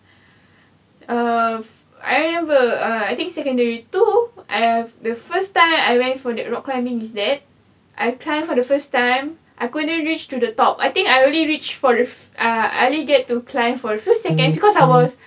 um I remember I think secondary two as the first time I went for the rock climbing is that I climb for the first time I couldn't reach to the top I think I already reached for the uh I already get to climb for first second because I was